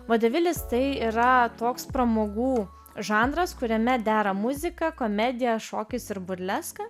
vodevilis tai yra toks pramogų žanras kuriame dera muzika komedija šokis ir burleska